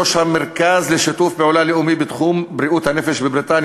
ראש המרכז לשיתוף פעולה לאומי בתחום בריאות הנפש בבריטניה,